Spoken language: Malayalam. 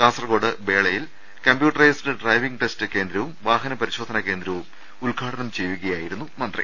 കാസർകോട് ബേളയിൽ കമ്പ്യൂട്ടറൈസ്ഡ് ഡ്രൈവിംഗ് ടെസ്റ്റ് കേന്ദ്രവും വാഹന പരിശോധനാ കേന്ദ്രവും ഉദ്ഘാടനം ചെയ്യുകയായിരുന്നു മന്ത്രി